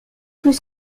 plus